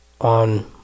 on